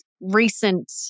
recent